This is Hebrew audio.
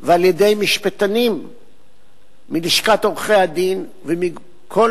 ועל-ידי משפטנים מלשכת עורכי-הדין ומכל